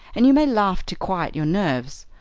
and you may laugh to quiet your nerves.